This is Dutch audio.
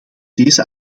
deze